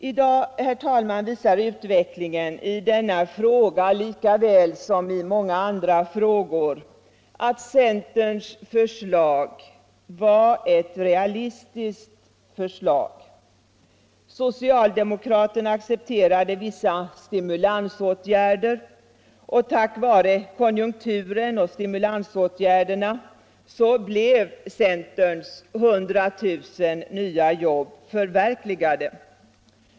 I dag, herr talman, visar utvecklingen i denna fråga — lika väl som i många andra — att centerns förslag var ett realistiskt förslag. Socialdemokraterna accepterade vissa stimulansåtgärder, som centern föreslagit, och tack vare konjunkturen och stimulansåtgärderna blev centerns 100 000 nya jobb förverkligade.